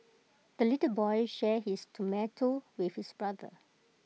the little boy shared his tomato with his brother